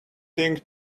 thing